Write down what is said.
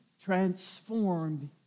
transformed